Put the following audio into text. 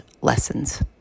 lessons